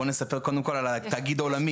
בוא נספר קודם כל על התאגיד העולמי.